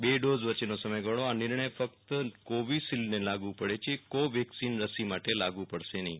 બે ડોઝ વચ્ચેનો સમયગાળો આ નિર્ણય ફક્ત કોવિશિલ્ડને લાગુ પડે છે કોવેક્સિન રસી માટે લાગુ પડશે નહીં